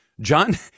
John